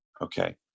Okay